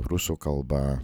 rusų kalba